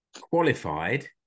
qualified